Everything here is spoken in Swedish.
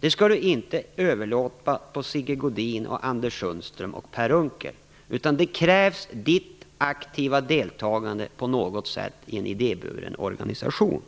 Det skall du inte överlåta på Sigge Godin, Anders Sundström och Per Unckel, utan det krävs ditt aktiva deltagande på något sätt i en idéburen organisation.